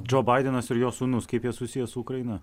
džo baidenas ir jo sūnus kaip jie susiję su ukraina